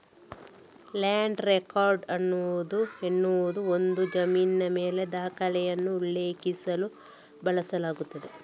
land record ಎನ್ನುವುದು ಒಂದು ಜಮೀನಿನ ಮೇಲಿನ ದಾಖಲೆಗಳನ್ನು ಉಲ್ಲೇಖಿಸಲು ಬಳಸಲಾಗುತ್ತದೆ